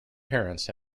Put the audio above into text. parents